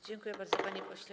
Dziękuję bardzo, panie pośle.